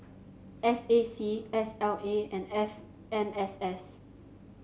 S A C S L A and F M S S